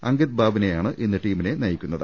അങ്കിത് ബാവ്നെയാണ് ഇന്ന് ടീമിനെ നയിക്കുന്നത്